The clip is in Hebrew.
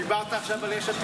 דיברת עכשיו על יש עתיד.